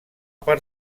part